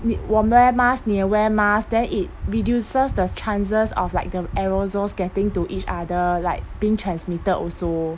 你我 wear mask 你也 wear mask then it reduces the chances of like the aerosols getting to each other like being transmitted also